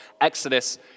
Exodus